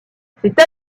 c’est